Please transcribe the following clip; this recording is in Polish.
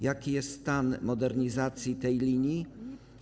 Jaki jest stan modernizacji tej linii?